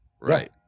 Right